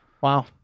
Wow